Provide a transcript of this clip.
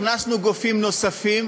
הכנסנו גופים נוספים